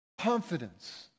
confidence